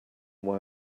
why